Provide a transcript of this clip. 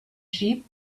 sheep